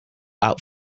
out